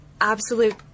absolute